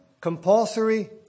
compulsory